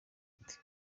ati